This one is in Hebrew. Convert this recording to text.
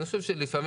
כי אני חושב שלפעמים,